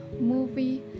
movie